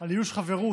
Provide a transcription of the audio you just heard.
על איוש חברות